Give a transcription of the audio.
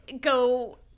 go